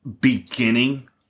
beginning